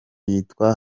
yitwa